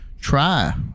try